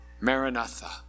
Maranatha